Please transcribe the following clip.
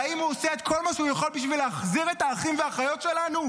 האם הוא עושה את כל מה שהוא יכול בשביל להחזיר את האחים והאחיות שלנו?